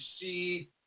see